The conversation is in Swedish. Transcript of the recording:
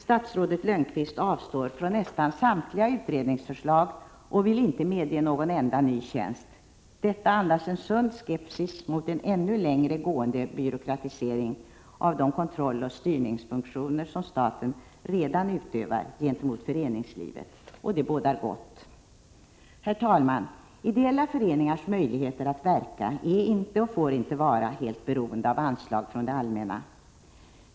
Statsrådet Lönnqvist avstår från nästan samtliga utredningsförslag och vill inte medge någon enda ny tjänst. Detta andas en sund skepsis mot en ännu längre gående byråkratisering av de kontrolloch styrningsfunktioner som staten redan utövar gentemot föreningslivet. Det bådar gott. Herr talman! Ideella föreningars möjligheter att verka är inte och får inte vara helt beroende av anslag från det allmänna.